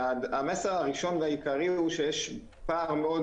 המסר הראשון והעיקרי הוא שיש פער מאוד